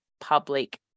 public